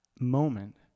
moment